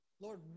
Lord